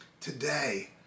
Today